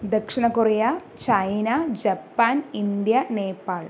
ദക്ഷിണ Korea China ജപ്പാന് India Nepal